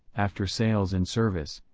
after sales and service,